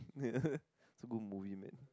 yeah it's a good movie man